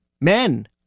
Men